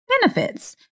benefits